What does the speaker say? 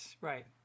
right